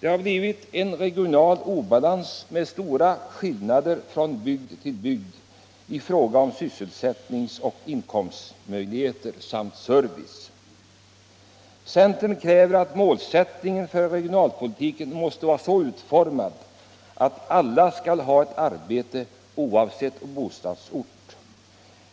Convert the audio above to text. Det har blivit en regional obalans med stora skillnader från bygd till bygd i fråga om sysselsättnings och inkomstmöjligheter samt service. Centern kräver att målsättningen för regionalpolitiken måste vara så utformad att alla, oavsett bostadsort, skall ha ett arbete.